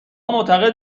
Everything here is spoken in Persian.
معتقد